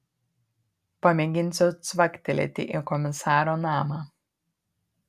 pamėginsiu cvaktelėti į komisaro namą